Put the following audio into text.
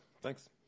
Thanks